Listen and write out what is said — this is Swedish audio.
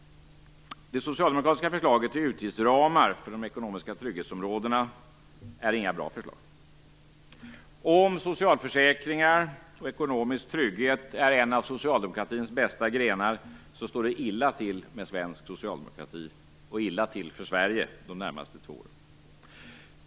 Det socialdemokratiska förslagets utgiftsramar för de ekonomiska trygghetsområdena är inte bra. Om socialförsäkringar och ekonomisk trygghet är en av socialdemokratins bästa grenar står det illa till med svensk socialdemokrati och illa till med Sverige de närmaste två åren.